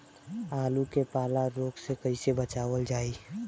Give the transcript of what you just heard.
आलू के पाला रोग से कईसे बचावल जाई?